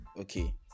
okay